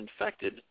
infected